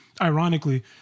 Ironically